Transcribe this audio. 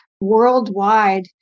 Worldwide